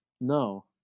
No